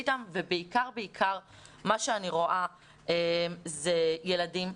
אתן ובעיקר בעיקר מה שאני רואה זה ילדים.